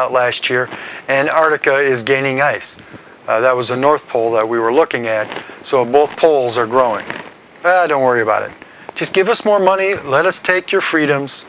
out last year an article is gaining ice that was a north pole that we were looking at so both poles are growing don't worry about it just give us more money let us take your freedoms